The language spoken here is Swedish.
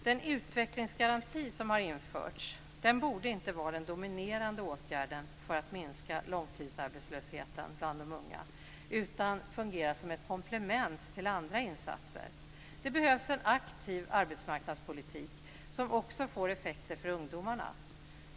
Den utvecklingsgaranti som har införts borde inte vara den dominerande åtgärden för att minska långtidsarbetslösheten bland de unga, utan fungera som ett komplement till andra insatser. Det behövs en aktiv arbetsmarknadspolitik som också får effekter för ungdomarna.